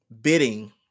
bidding